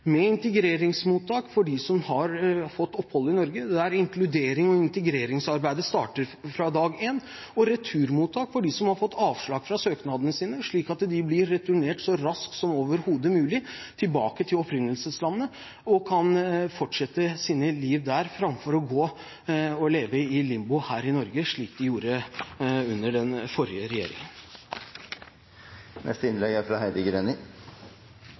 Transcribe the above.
med integreringsmottak for dem som har fått opphold i Norge, der inkluderings- og integreringsarbeidet starter fra dag én, og returmottak for dem som har fått avslag på søknadene sine – slik at de så raskt som overhodet mulig blir returnert til opprinnelseslandet og kan fortsette sine liv der, framfor å leve i limbo her i Norge, slik de gjorde under den forrige regjeringen. Barn på flukt er